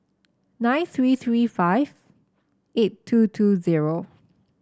nine three three five eight two two zero